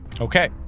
Okay